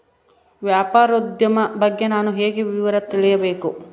ವ್ಯಾಪಾರೋದ್ಯಮ ಬಗ್ಗೆ ನಾನು ಹೇಗೆ ವಿವರ ತಿಳಿಯಬೇಕು?